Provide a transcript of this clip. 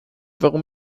warum